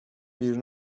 بیرون